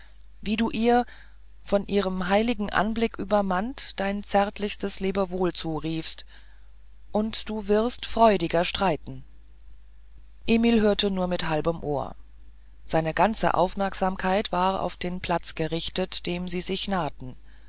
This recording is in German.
wie du ihr von ihrem heiligen anblick übermannt dein zärtliches lebewohl zuriefst und du wirst freudiger streiten emil hörte nur mit halbem ohr seine ganze aufmerksamkeit war auf den platz gerichtet dem sie sich nahten